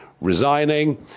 resigning